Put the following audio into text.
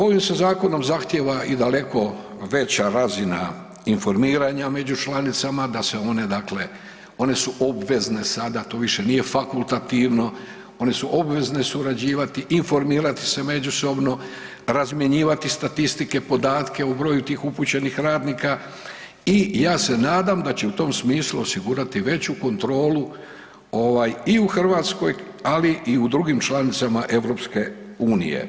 Ovim se zakonom zahtjeva i daleko veća razina informiranja među članicama da se one dakle, one su obvezne sada to više nije fakultativno, one su obvezne surađivati, informirati se međusobno, razmjenjivati statistike, podatke o broju tih upućenih radnika i ja se nadam da će u tom smislu osigurati veću kontrolu ovaj i u Hrvatskoj, ali i u drugim članicama EU.